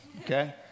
okay